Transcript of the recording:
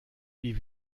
wie